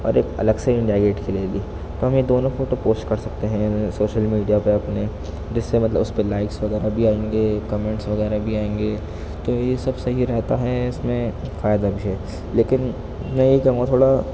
اور ایک الگ سے انڈیا گیٹ کی لے لی کہ میں دونوں فوٹو پوسٹ کر سکتے ہیں سوشل میڈیا پہ اپنے جس سے مطلب اس پہ لائکس وغیرہ بھی آئیں گے کمینٹس وغیرہ بھی آئیں گے تو یہ سب صحیح رہتا ہے اس میں فائدہ بھی ہے لیکن